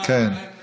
אין להן מים,